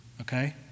okay